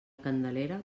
candelera